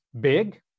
big